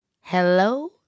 Hello